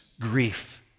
Grief